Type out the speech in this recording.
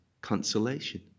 consolation